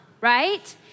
right